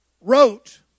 wrote